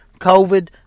COVID